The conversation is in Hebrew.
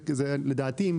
לדעתי,